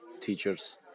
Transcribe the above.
teachers